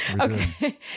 Okay